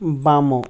ବାମ